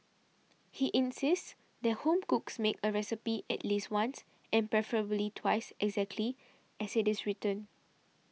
he insists that home cooks make a recipe at least once and preferably twice exactly as it is written